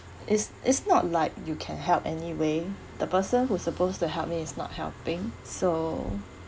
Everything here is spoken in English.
it's it's not like you can help anyway the person who supposed to help me is not helping so